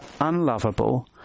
unlovable